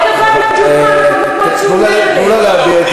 הרקע בא בדיוק מהמקומות שהוא אומר עליהם,